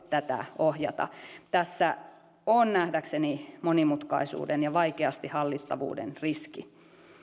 tätä ohjata tässä on nähdäkseni monimutkaisuuden ja vaikeasti hallittavuuden riski